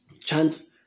chance